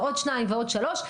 או שניים ועוד שלושה.